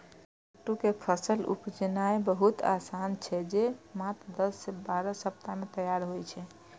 कट्टू के फसल उपजेनाय बहुत आसान छै, जे मात्र दस सं बारह सप्ताह मे तैयार होइ छै